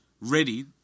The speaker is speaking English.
ready